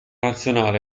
nazionale